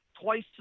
twice